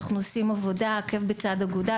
אנחנו עושים עבודה עקב בצד אגודל,